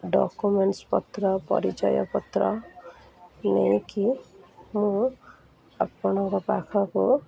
documents ପତ୍ର ପରିଚୟ ପତ୍ର ନେଇକି ମୁଁ ଆପଣଙ୍କ ପାଖକୁ